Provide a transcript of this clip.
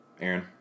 Aaron